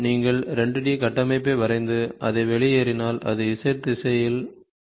நீங்கள் 2 D கட்டமைப்பை வரைந்து அதை வெளியேறினால் அது Z திசையில் இருக்கும்